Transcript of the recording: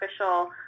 official